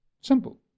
Simple